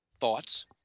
thoughts